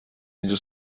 اینجا